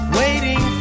waiting